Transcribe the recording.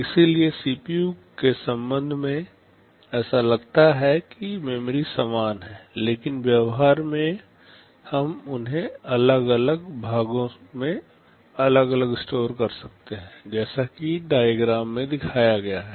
इसलिए सीपीयू के संबंध में ऐसा लगता है कि मेमोरी समान है लेकिन व्यवहार में हम उन्हें अलग अलग भागों में अलग अलग स्टोर कर सकते हैं जैसा कि डाइग्राम में दिखाया गया है